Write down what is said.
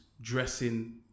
Dressing